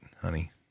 honey